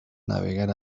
navegar